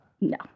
No